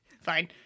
Fine